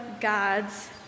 gods